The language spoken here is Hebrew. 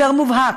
יותר מובהק.